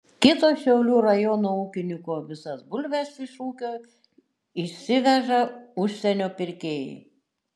kito šiaulių rajono ūkininko visas bulves iš ūkio išsiveža užsienio pirkėjai